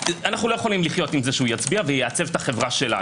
לא יכולים לחיות עם זה שיצביע ויעצב את החברה שלנו,